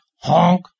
Honk